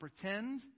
pretend